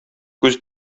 күз